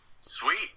Sweet